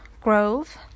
Grove